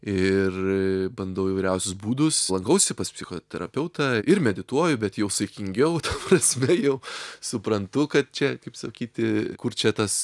ir bandau įvairiausius būdus lankausi pas psichoterapeutą ir medituoju bet jau saikingiau ta prasme jau suprantu kad čia kaip sakyti kur čia tas